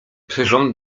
przyrząd